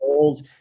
old